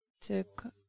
took